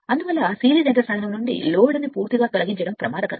అందువల్ల సిరీస్ యంత్ర సాధనము నుండి లోడ్ను పూర్తిగా తొలగించడం ప్రమాదకరం